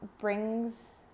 brings